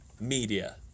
media